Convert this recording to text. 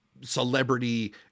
celebrity